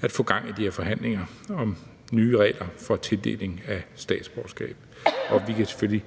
at få gang i de her forhandlinger om nye regler for tildeling af statsborgerskab. Vi kan selvfølgelig